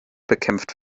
bekämpft